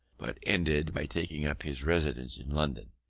but ended by taking up his residence in london,